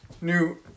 new